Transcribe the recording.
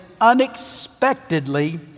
unexpectedly